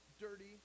dirty